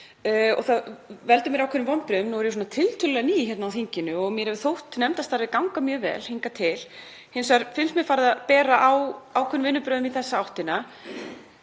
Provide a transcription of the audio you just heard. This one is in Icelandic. og það veldur mér ákveðnum vonbrigðum. Nú er ég tiltölulega ný á þinginu og mér hefur þótt nefndarstarfið ganga mjög vel hingað til. Hins vegar finnst mér farið að bera á ákveðnum vinnubrögðum í þessa áttina.